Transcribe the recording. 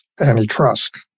antitrust